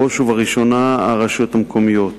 בראש ובראשונה הרשויות המקומיות.